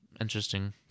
interesting